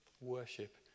worship